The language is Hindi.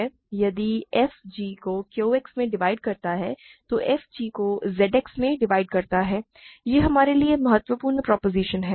फिर यदि f g को Q X में डिवाइड करता है तो f g को Z X में डिवाइड करता है यह हमारे लिए महत्वपूर्ण प्रोपोज़िशन है